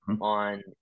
on